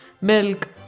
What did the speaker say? milk